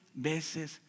veces